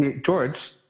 George